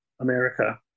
America